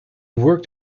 worked